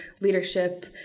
leadership